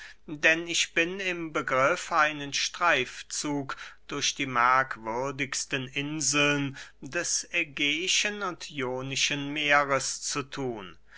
denn ich bin im begriff einen streifzug durch die merkwürdigsten inseln des ägeischen und ionischen meeres zu thun